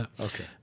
Okay